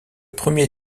premier